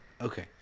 Okay